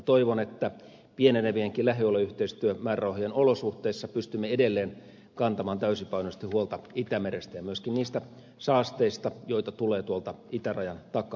toivon että pienenevienkin lähialueyhteistyömäärärahojen olosuhteissa pystymme edelleen kantamaan täysipainoisesti huolta itämerestä ja myöskin niistä saasteista joita tulee tuolta itärajan takaa suomenlahdelle